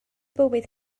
bywyd